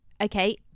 Okay